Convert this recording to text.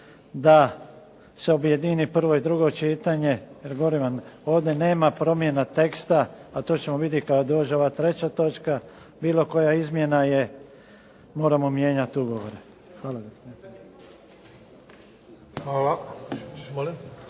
da se objedini prvo i drugo čitanje. Jer govorim vam ovdje nema promjena teksta, a to ćemo vidjeti kada dođe ova treća točka. Bilo koja izmjena je, moramo mijenjati ugovore. Hvala